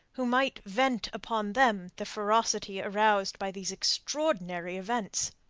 who might vent upon them the ferocity aroused by these extraordinary events.